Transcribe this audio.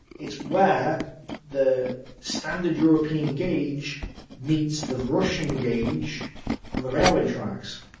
it's where the standard european gauge meets the russian gauge on the railway tracks.